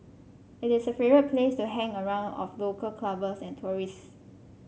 it is a favourite place to hang around of local clubbers and tourists